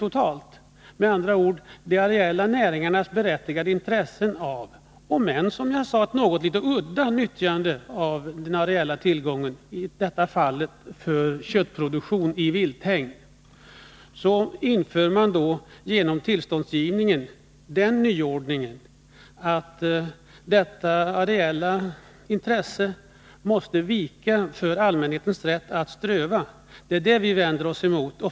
De areella näringarnas berättigade intresse av vilthägn i samband med köttproduktion — låt vara att det som sagt gäller ett udda utnyttjande av den här tillgången — måste genom nyordningen med tillståndsgivning vika för allmänhetens rätt att ströva fritt i naturen. Det är detta vi vänder oss emot.